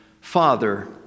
Father